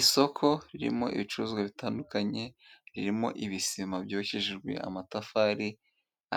Isoko ririmo ibicuruzwa bitandukanye ririmo ibisima byubakishijwe amatafari